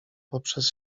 poprzez